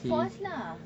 force lah